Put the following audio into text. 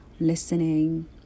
listening